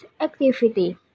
activity